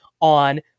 on